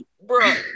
bro